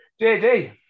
JD